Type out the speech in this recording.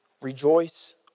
rejoice